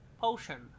potion